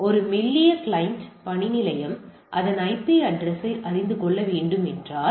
ஒரு மெல்லிய கிளையன்ட் பணிநிலையம் அதன் ஐபி அட்ரஸ்யை அறிந்து கொள்ள வேண்டும் என்றால்